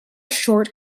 short